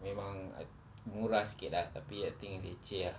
memang I murah sikit lah tapi I think leceh ah